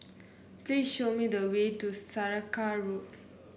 please show me the way to Saraca Road